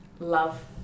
love